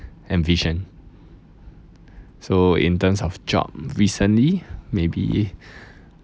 envision so in terms of job recently maybe